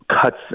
cuts